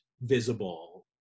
visible